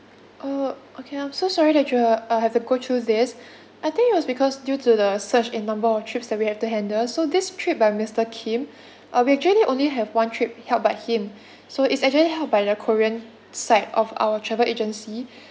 oh okay I'm so sorry that you uh have to go through this I think it was because due to the surge in number of trips that we have to handle so this trip by mister kim uh we actually only have one trip held by him so it's actually held by the korean side of our travel agency